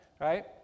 right